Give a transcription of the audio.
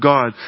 God